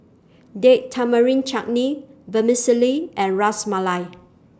Date Tamarind Chutney Vermicelli and Ras Malai